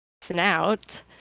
snout